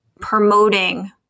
promoting